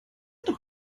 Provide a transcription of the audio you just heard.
doch